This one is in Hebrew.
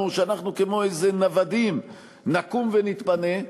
שאנחנו כמו איזה נוודים נקום ונתפנה?